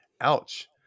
Ouch